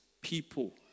People